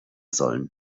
sollen